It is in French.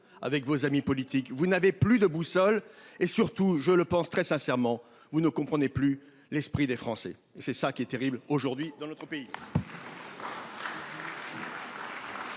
avec vos amis politiques vous n'avez plus de boussole et surtout je le pense très sincèrement, vous ne comprenez plus l'esprit des Français et c'est ça qui est terrible aujourd'hui dans notre pays.